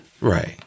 Right